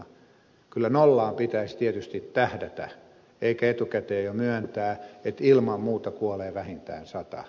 kyllä nollaan pitäisi tietysti tähdätä eikä etukäteen jo myöntää että ilman muuta kuolee vähintään sata